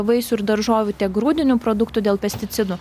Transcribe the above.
vaisių ir daržovių tiek grūdinių produktų dėl pesticidų